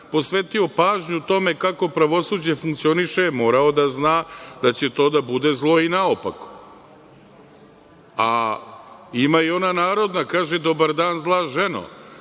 posvetio pažnju tome kako pravosuđe funkcioniše morao da zna da će to da bude zlo i naopako. Ima i ona narodna kaže – dobar dan zla ženo.